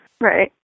right